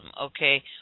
okay